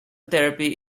therapy